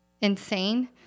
insane